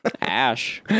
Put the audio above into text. Ash